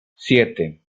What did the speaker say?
siete